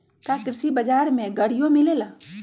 का कृषि बजार में गड़ियो मिलेला?